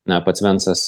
na pats vencas